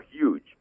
huge